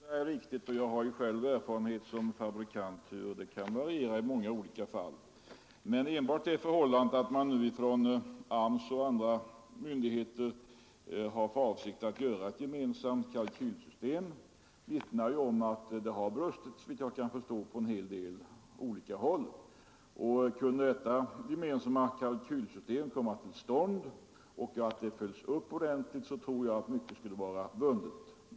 Herr talman! Det sistnämnda är riktigt. Jag har själv som fabrikant erfarenhet av hur det kan variera i många olika fall, men enbart det förhållandet att AMS och andra myndigheter nu har för avsikt att göra upp ett gemensamt kalkylsystem vittnar såvitt jag kan förstå om att det har brustit på en hel del håll. Kunde detta gemensamma kalkylsystem komma till stånd och följas upp ordentligt, tror jag att mycket därmed skulle vara vunnet.